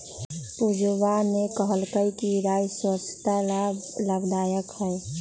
पूजवा ने कहल कई कि राई स्वस्थ्य ला लाभदायक हई